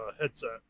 headset